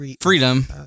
Freedom